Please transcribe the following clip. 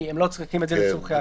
כי הם לא צריכים את זה לצורכי האכיפה.